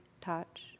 touch